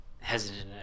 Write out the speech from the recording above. hesitant